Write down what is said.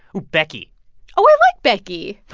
becky oh, i like becky